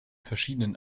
verschiedenen